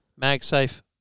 MagSafe